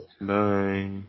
Bye